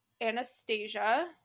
Anastasia